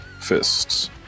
fists